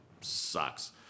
sucks